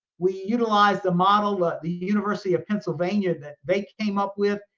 we utilized the model that the university of pennsylvania that they came up with.